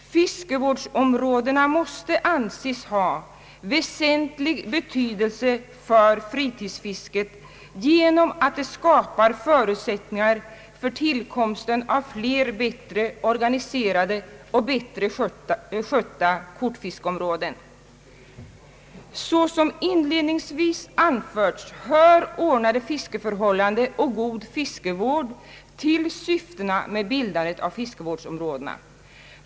Fiskevårdsområdena måste anses ha väsentlig betydelse för fritidsfisket genom att de skapar förutsättningar för tillkomsten av fler bättre organiserade och bättre skötta kortfiskeområden. Såsom inledningsvis anförts, hör ordnade fiskeförhållanden och god fiskevård till syftena med bildandet av fiskevårdsområden.